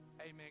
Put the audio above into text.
amen